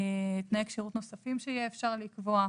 תנאי כשירות נוספים שיהיה אפשר לקבוע.